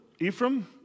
Ephraim